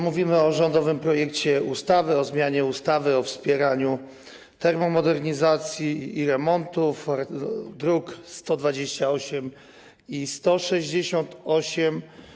Mówimy o rządowym projekcie ustawy o zmianie ustawy o wspieraniu termomodernizacji i remontów, druki nr 128 i 168.